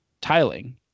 tiling